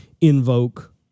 Invoke